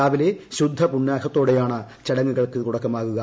രാവിലെ ശുദ്ധപുണ്യാഹത്തോടെയാണ് ചടങ്ങുകൾക്ക് തുടക്കമാകുക